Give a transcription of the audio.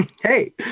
hey